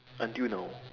until now